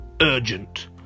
Urgent